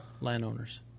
landowners